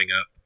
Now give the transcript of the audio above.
up